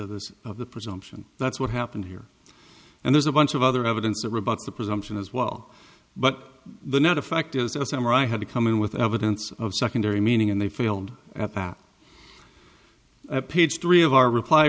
of this of the presumption that's what happened here and there's a bunch of other evidence that rebuts the presumption as well but the net effect is a samurai had to come in with evidence of secondary meaning and they failed at that page three of our reply